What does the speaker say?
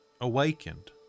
awakened